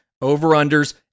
over-unders